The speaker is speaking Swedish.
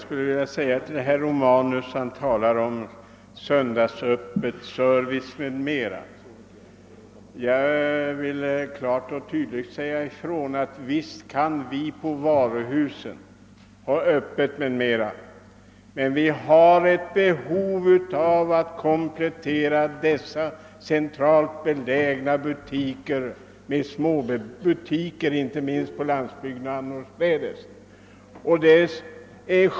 Herr talman! Herr Romanus talar om söndagsöppet, service m.m. Jag vill klart och tydligt säga ifrån att visst kan varuhusen hålla öppet, men vi har ett behov av att komplettera dessa centralt belägna affärer med små butiker, inte minst på landsbygden.